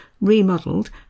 remodelled